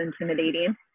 intimidating